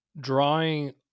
drawing